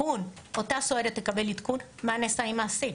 אותה סוהרת גם תקבל עדכון מה נעשה עם האסיר,